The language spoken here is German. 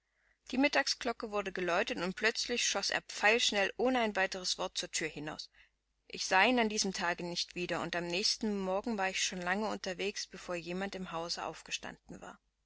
die mittagsglocke wurde geläutet und plötzlich schoß er pfeilschnell ohne ein weiteres wort zur thür hinaus ich sah ihn an diesem tage nicht wieder und am nächsten morgen war ich schon lange unterwegs bevor jemand im hause aufgestanden war